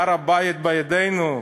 "הר-הבית בידינו",